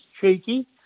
cheeky